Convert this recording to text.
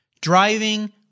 driving